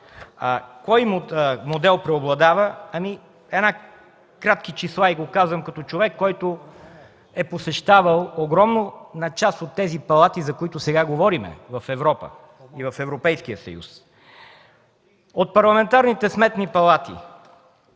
кой модел преобладава – едни кратки числа, казвам го като човек, който е посещавал огромна част от тези палати, за които сега говорим, в Европа и в Европейския съюз. От парламентарните и сметните палати